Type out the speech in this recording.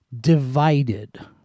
divided